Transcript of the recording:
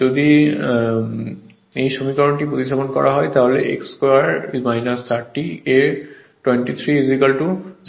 যদি এই সমীকরণটি প্রতিস্থাপন করা হয় তাহলে x 2 30 এ 23 0 হবে